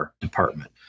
department